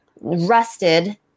rusted